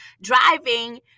driving